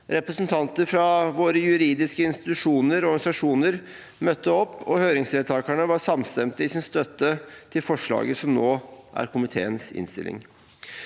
Representanter fra våre juridiske institusjoner og organisasjoner møtte opp, og høringsdeltakerne var samstemte i sin støtte til forslaget som nå er komiteens innstilling.